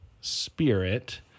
spirit